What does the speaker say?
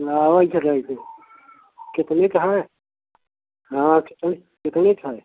लावा जलाई जो केतने का है हाँ तो कितने का है